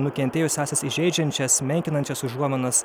nukentėjusiąsias įžeidžiančias menkinančias užuominas